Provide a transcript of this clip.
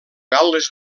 gal·les